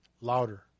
louder